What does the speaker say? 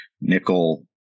nickel